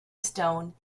stone